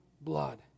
blood